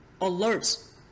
alerts